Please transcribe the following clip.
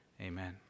amen